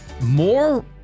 more